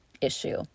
issue